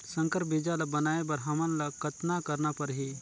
संकर बीजा ल बनाय बर हमन ल कतना करना परही?